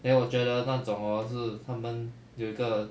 then 我觉得那种 hor 是他们有一个